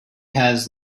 has